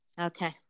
Okay